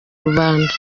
rubanda